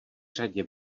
řadě